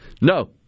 No